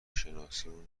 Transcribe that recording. شناسیمون